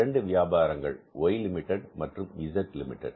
2 வியாபாரங்கள் Y limited மற்றும் Z limited